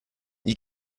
you